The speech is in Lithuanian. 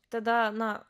tada na